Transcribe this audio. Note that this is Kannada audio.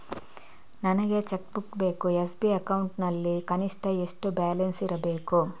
ನನಗೆ ಚೆಕ್ ಬುಕ್ ಬೇಕು ಎಸ್.ಬಿ ಅಕೌಂಟ್ ನಲ್ಲಿ ಕನಿಷ್ಠ ಎಷ್ಟು ಬ್ಯಾಲೆನ್ಸ್ ಇರಬೇಕು?